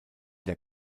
der